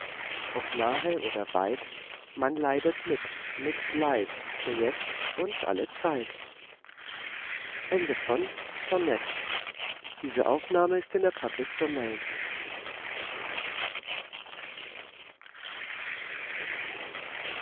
ob nahe oder weit man leidet mit mit leid für jetzt und alle zeit